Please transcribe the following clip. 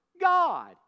God